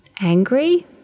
angry